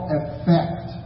effect